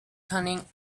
cunning